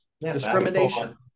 Discrimination